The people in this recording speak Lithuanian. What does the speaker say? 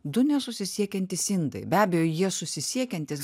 du nesusisiekiantys indai be abejo jie susisiekiantys